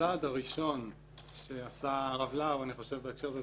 הצעד הראשון שעשה הרב לאו בהקשר הזה,